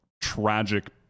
tragic